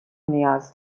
نیاز